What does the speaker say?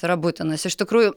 yra būtinas iš tikrųjų